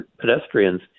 pedestrians